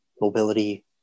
mobility